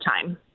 time